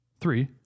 three